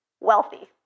wealthy